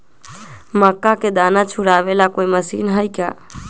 मक्का के दाना छुराबे ला कोई मशीन हई का?